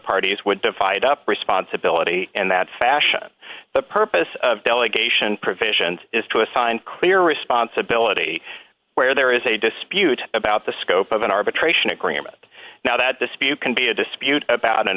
parties would divide up responsibility in that fashion the purpose of delegation provisions is to assign clear responsibility where there is a dispute about the scope of an arbitration agreement now that dispute can be a dispute about an